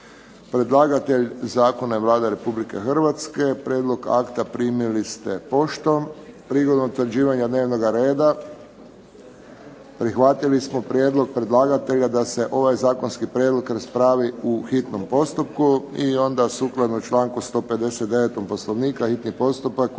Predlagatelj zakona je Vlada Republike Hrvatske. Prijedlog akta primili ste poštom. Prigodom utvrđivanja dnevnoga reda prihvatili smo prijedlog predlagatelja da se ovaj zakonski prijedlog raspravi u hitnom postupku. I onda sukladno članku 159. Poslovnika, hitni postupak